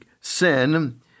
sin